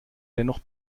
dennoch